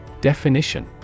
Definition